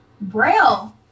Braille